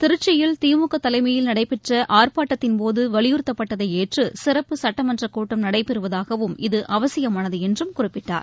திருச்சியில் திமுக தலைமையில் நடைபெற்ற ஆர்ப்பாட்டத்தின் போது வலியுறுத்தப்பட்டதை ஏற்று சிறப்பு சட்டமன்ற கூட்டம் நடைபெறுவதாகவும் இது அவசியமானது என்றும் குறிப்பிட்டார்